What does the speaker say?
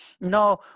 No